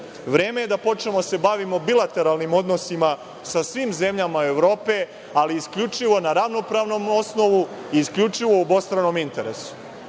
Vreme je da počnemo da se bavimo bilateralnim odnosima sa svim zemljama Evrope, ali isključivo na ravnopravnom osnovu i isključivo na obostranom interesu. Mi